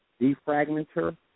defragmenter